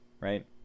right